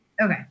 Okay